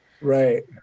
Right